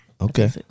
Okay